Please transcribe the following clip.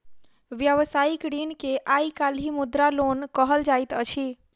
व्यवसायिक ऋण के आइ काल्हि मुद्रा लोन कहल जाइत अछि